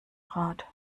rat